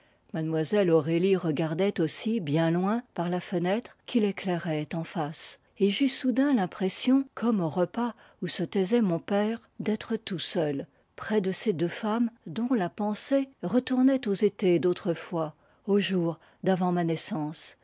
mlle aurélie regardait aussi bien loin par la fenêtre qui l'éclairait en face et j'eus soudain l'impression comme aux repas où se taisait mon père d'être tout seul près de ces deux femmes dont la pensée retournait aux étés d'autrefois aux jours d'avant ma naissance